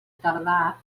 tardà